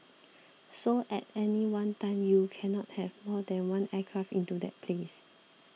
so at any one time you cannot have more than one aircraft into that place